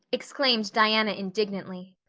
exclaimed diana indignantly.